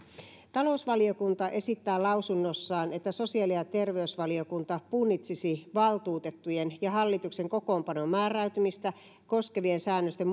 talousvaliokunta esittää lausunnossaan että sosiaali ja terveysvaliokunta punnitsisi valtuutettujen ja hallituksen kokoonpanon määräytymistä koskevien säännösten